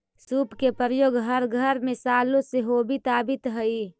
सूप के प्रयोग हर घर में सालो से होवित आवित हई